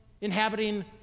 inhabiting